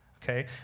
Okay